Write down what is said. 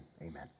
amen